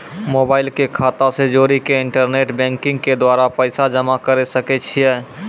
Mobile के खाता से जोड़ी के इंटरनेट बैंकिंग के द्वारा पैसा जमा करे सकय छियै?